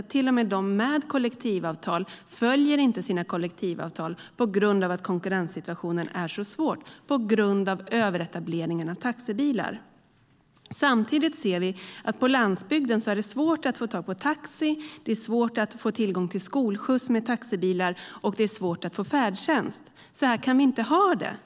Till och med de som har kollektivavtal följer inte sina kollektivavtal på grund av att konkurrenssituationen är så svår på grund av överetableringen av taxibilar. Samtidigt ser vi att det på landsbygden är svårt att få tag på taxi, svårt att få tillgång till skolskjuts med taxibilar och svårt att få färdtjänst. Så kan vi inte ha det.